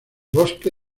bosque